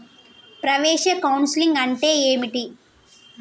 ప్రవేశ కౌన్సెలింగ్ అంటే ఏమిటి?